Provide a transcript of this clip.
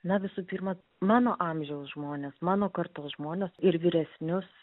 na visų pirma mano amžiaus žmones mano kartos žmones ir vyresnius